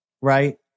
right